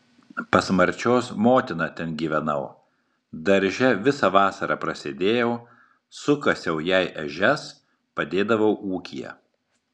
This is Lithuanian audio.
pas marčios motiną ten gyvenau darže visą vasarą prasėdėjau sukasiau jai ežias padėdavau ūkyje